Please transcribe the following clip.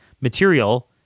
material